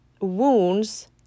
wounds